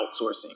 outsourcing